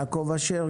יעקב אשר,